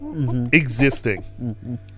existing